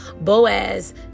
Boaz